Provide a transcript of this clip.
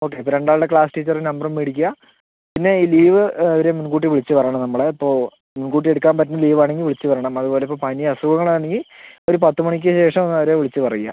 okay അപ്പോൾ രണ്ട് ആളുടെ ക്ലാസ് ടീച്ചറുടെ നമ്പറും മേടിക്കുക പിന്നെ ഈ ലീവ് അവരെ മുൻകൂട്ടി വിളിച്ച് പറയണം നമ്മൾ ഇപ്പോൾ മുൻകൂട്ടി എടുക്കാൻ പറ്റുന്ന ലീവ് ആണെങ്കിൽ വിളിച്ച് പറയണം അതുപോലെ ഇപ്പോൾ പനി അസുഖങ്ങൾ ആണെങ്കിൽ ഒരു പത്ത് മണിക്ക് ശേഷം അവരെ വിളിച്ച് പറയുക